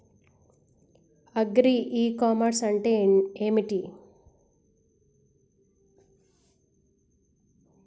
Agri e commerce అంటే ఏంటిది?